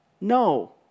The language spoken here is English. No